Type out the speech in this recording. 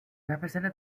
represented